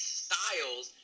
styles